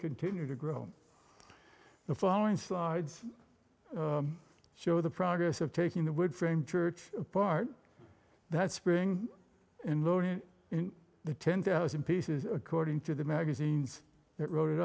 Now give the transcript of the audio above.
continue to grow the following slides show the progress of taking the wood frame church apart that spring and learning in the ten thousand pieces according to the magazines that wrote it